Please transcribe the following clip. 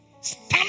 Stand